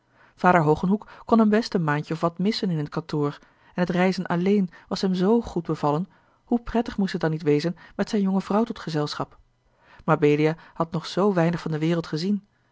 vader hogenhoeck kon hem best een maandje of wat missen in het kantoor en het reizen alléén was hem z goed bevallen hoe prettig moest het dan niet wezen met zijne jonge vrouw tot gezelschap mabelia had nog zoo weinig van de wereld gezien